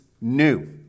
new